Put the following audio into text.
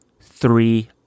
three